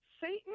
Satan